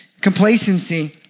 complacency